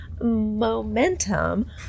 momentum